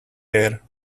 air